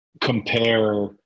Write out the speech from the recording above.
compare